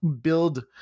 build